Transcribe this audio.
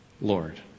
Lord